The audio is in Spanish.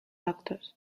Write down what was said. actos